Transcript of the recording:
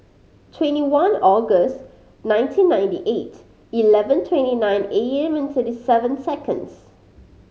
twenty one August nineteen ninety eight eleven twenty nine A M and thirty seven seconds